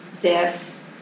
deaths